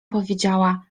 powiedziała